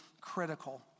critical